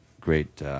great